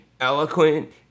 eloquent